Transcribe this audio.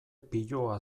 piloa